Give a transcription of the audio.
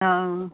অ